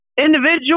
Individual